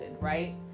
right